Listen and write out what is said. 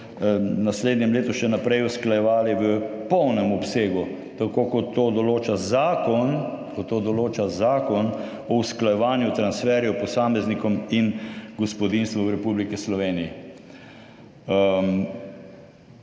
naslednjem letu še naprej usklajevali v polnem obsegu, tako kot to določa Zakon o usklajevanju transferjev posameznikom in gospodinjstvom v Republiki Sloveniji.